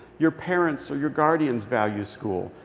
your parents or your guardians value school,